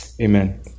Amen